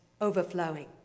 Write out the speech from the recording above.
overflowing